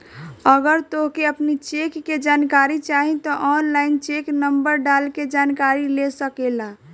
अगर तोहके अपनी चेक के जानकारी चाही तअ ऑनलाइन चेक नंबर डाल के जानकरी ले सकेला